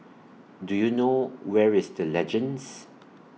Do YOU know Where IS The Legends